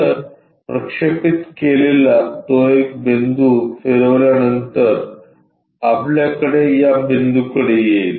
तर प्रक्षेपित केलेला तो एक बिंदू फिरवल्यानंतर आपल्याकडे या बिंदूकडे येईल